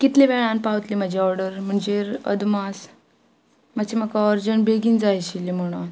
कितले वेळान पावतली म्हाजी ऑर्डर म्हणजे अदमास मात्शें म्हाका अर्जंट बेगीन जाय आशिल्ले म्हणोन